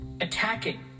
attacking